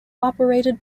operated